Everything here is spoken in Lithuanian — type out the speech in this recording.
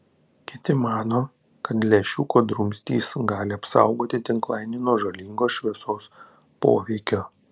kiti mano kad lęšiuko drumstys gali apsaugoti tinklainę nuo žalingo šviesos poveikio